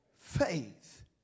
faith